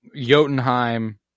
Jotunheim